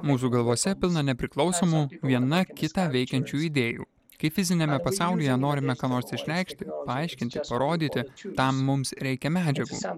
mūsų galvose pilna nepriklausomų viena kitą veikiančių idėjų kaip fiziniame pasaulyje norime ką nors išreikšti paaiškinti parodyti tam mums reikia medžiagų